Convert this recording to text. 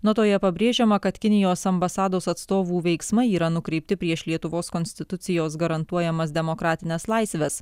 notoje pabrėžiama kad kinijos ambasados atstovų veiksmai yra nukreipti prieš lietuvos konstitucijos garantuojamas demokratines laisves